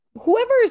whoever's